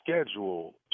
schedule